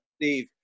Steve